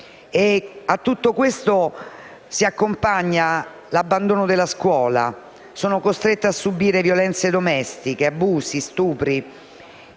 A tutto questo si accompagna l'abbandono della scuola. Sono costrette a subire violenze domestiche, abusi, stupri,